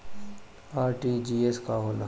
RTGS का होला?